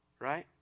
right